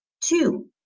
Two